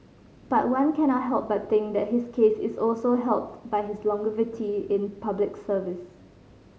but one cannot help but think that his case is also helped by his longevity in Public Service